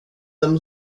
dem